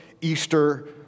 Easter